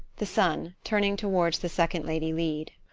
the son turning towards the second lady lead.